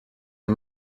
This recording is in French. des